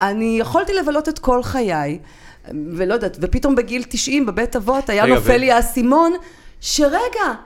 אני יכולתי לבלות את כל חיי, ולא יודעת, ופתאום בגיל 90 בבית אבות היה נופל לי האסימון, שרגע.